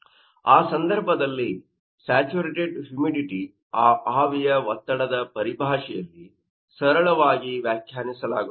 ಆದ್ದರಿಂದ ಆ ಸಂದರ್ಭದಲ್ಲಿ ಸ್ಯಾಚುರೇಟೆಡ್ ಹ್ಯೂಮಿಡಿಟಿ ಆ ಆವಿಯ ಒತ್ತಡದ ಪರಿಭಾಷೆಯಲ್ಲಿ ಸರಳವಾಗಿ ವ್ಯಾಖ್ಯಾನಿಸಲಾಗುತ್ತದೆ